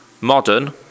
Modern